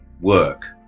work